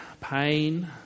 pain